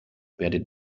bearded